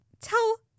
tell